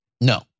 No